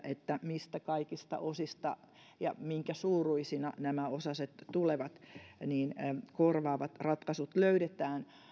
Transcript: mistä kaikista osista ja minkä suuruisina nämä osaset tulevat niin että korvaavat ratkaisut löydetään